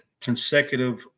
consecutive